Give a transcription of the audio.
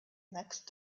next